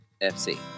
FC